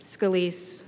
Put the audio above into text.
Scalise